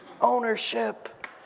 Ownership